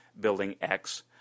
buildingx